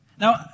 Now